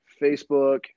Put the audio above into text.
facebook